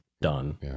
done